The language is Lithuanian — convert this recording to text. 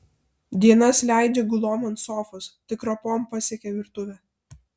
dienas leidžia gulom ant sofos tik ropom pasiekia virtuvę